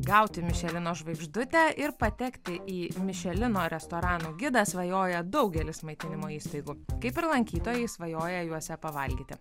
gauti mišelino žvaigždutę ir patekti į mišelino restoranų gidą svajoja daugelis maitinimo įstaigų kaip ir lankytojai svajoja juose pavalgyti